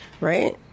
right